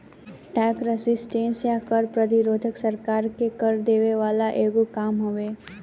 tax resistance या कर प्रतिरोध सरकार के कर देवे वाला एगो काम हवे